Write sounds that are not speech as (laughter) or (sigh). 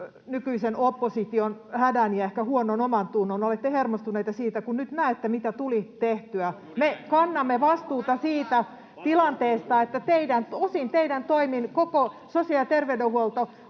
nykyisen opposition hädän ja ehkä huonon omantunnon. Olette hermostuneita siitä, kun nyt näette, mitä tuli tehtyä. (noise) Me kannamme vastuuta siitä tilanteesta, että osin teidän toimin koko sosiaali- ja terveydenhuolto